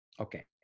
okay